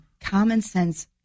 common-sense